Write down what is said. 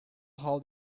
how